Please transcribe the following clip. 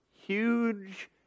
huge